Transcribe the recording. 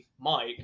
Mike